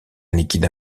liquide